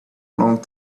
long